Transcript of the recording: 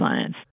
science